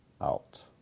out